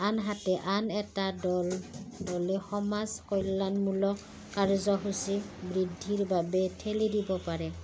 আনহাতে আন এটা দল দলে সমাজ কল্যাণমূলক কাৰ্যসূচী বৃদ্ধিৰ বাবে ঠেলি দিব পাৰে